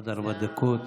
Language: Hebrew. עד ארבע דקות